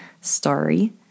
story